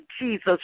Jesus